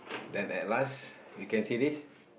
then at last you can see this